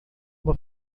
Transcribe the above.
uma